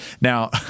Now